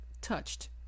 touched